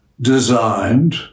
designed